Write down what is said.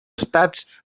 estats